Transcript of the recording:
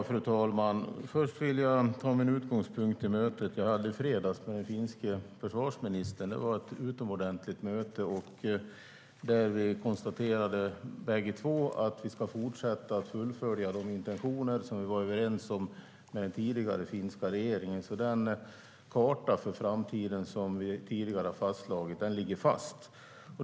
Fru talman! Jag vill ha mötet med den finska försvarsministern i fredags som utgångspunkt. Det var ett utomordentligt möte där vi båda konstaterade att de intentioner som vi var överens om med den tidigare finska regeringen ska fortsätta fullföljas. Den karta för framtiden som vi har fastslagit tidigare ligger fast.